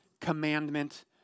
commandment